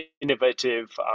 innovative